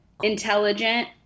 Intelligent